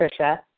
Tricia